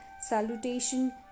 salutation